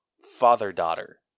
father-daughter